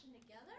together